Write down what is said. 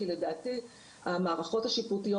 כי לדעתי המערכות המשפטיות